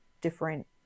different